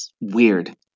weird